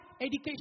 education